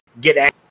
get